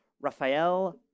Raphael